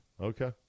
Okay